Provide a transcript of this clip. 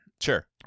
Sure